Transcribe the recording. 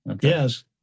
Yes